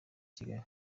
kigali